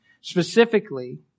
Specifically